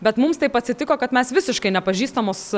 bet mums taip atsitiko kad mes visiškai nepažįstamus